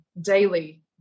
daily